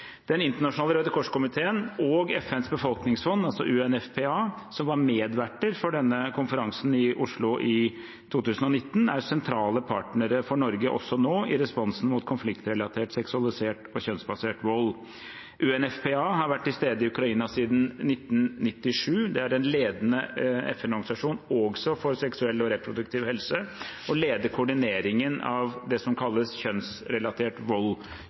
Den internasjonale Røde Kors-komiteen og FNs befolkningsfond, UNFPA, som var medverter for konferansen i Oslo i 2019, er sentrale partnere for Norge, også nå, i responsen mot konfliktrelatert seksualisert og kjønnsbasert vold. UNFPA har vært til stede i Ukraina siden 1997, og er en ledende FN-organisasjon, også for seksuell og reproduktiv helse og leder koordineringen av det som kalles en kjønnsrelatert